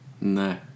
No